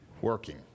working